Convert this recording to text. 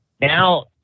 Now